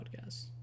Podcast